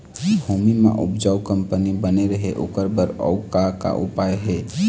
भूमि म उपजाऊ कंपनी बने रहे ओकर बर अउ का का उपाय हे?